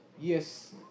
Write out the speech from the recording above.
yes